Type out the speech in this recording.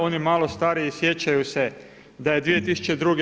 Oni malo stariji sjećaju se da je 2002.